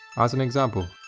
as an example,